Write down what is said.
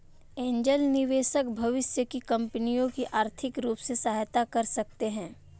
angel निवेशक भविष्य की कंपनियों की आर्थिक रूप से सहायता कर सकते हैं